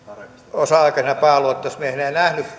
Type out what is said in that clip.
osa aikaisena pääluottamusmiehenä ja